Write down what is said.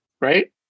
right